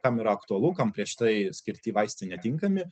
kam yra aktualu kam prieš tai skirti vaistai netinkami